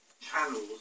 channels